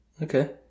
Okay